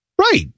right